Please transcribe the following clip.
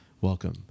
Welcome